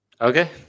Okay